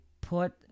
put